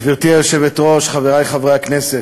גברתי היושבת-ראש, חברי חברי הכנסת,